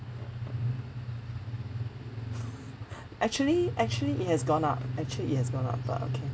actually actually it has gone up actually it has gone up but okay